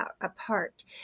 apart